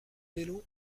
bello